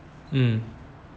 mm